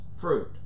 fruit